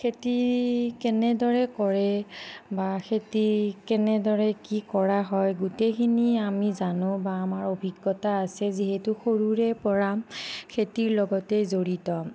খেতি কেনেদৰে কৰে বা খেতি কেনেদৰে কি কৰা হয় গোটেইখিনি আমি জানো বা আমাৰ অভিজ্ঞতা আছে যিহেতু সৰুৰে পৰা খেতিৰ লগতে জড়িত